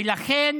ולכן